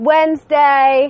Wednesday